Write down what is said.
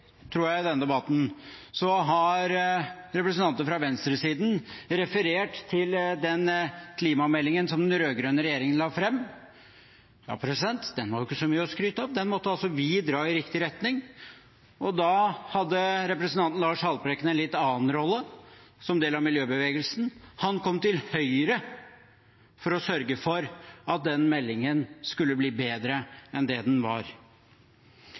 tror jeg – i denne debatten har representanter fra venstresiden referert til den klimameldingen som den rød-grønne regjeringen la fram. Den var jo ikke så mye å skryte av, den måtte altså vi dra i riktig retning. Da hadde representanten Lars Haltbrekken en litt annen rolle, som del av miljøbevegelsen. Han kom til Høyre for å sørge for at den meldingen skulle bli bedre enn det den var.